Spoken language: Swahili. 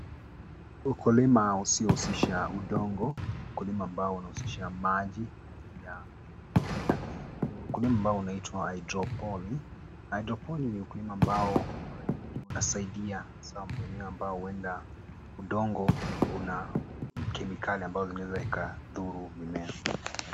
Ukulima usiohushisha udongo. Ukulima ambao unahusisha maji na mmea. Ukulima ambao inaitwa haidroponiki. Haidroponiki ni ukulima ambao unasaidia hasa mimea ambao huenda udongo una kemikali ambazo huenda zikadhuru mimea.